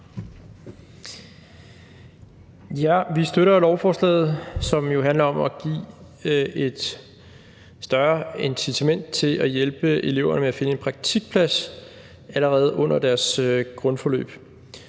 Vi støtter lovforslaget, som jo handler om at give et større incitament til at hjælpe eleverne med at finde en praktikplads allerede under deres grundforløb.